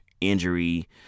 injury